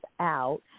out